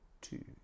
two